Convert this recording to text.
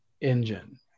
engine